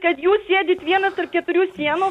kad jūs sėdit vienas tarp keturių sienų